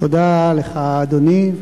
תודה לך, אדוני,